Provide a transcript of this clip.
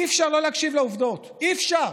אי-אפשר לא להקשיב לעובדות, אי-אפשר.